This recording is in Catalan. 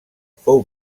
fou